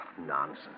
Nonsense